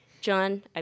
John